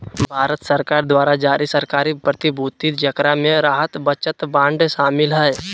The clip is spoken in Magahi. भारत सरकार द्वारा जारी सरकारी प्रतिभूति जेकरा मे राहत बचत बांड शामिल हइ